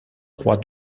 roi